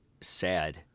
sad